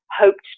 hoped